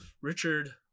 richard